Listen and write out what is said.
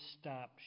stop